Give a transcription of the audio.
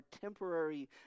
temporary